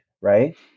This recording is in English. right